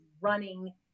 running